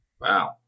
Wow